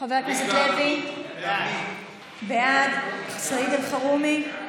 חבר הכנסת לוי, בעד, סעיד אלחרומי,